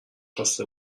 خواسته